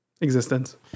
existence